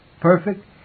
perfect